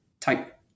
type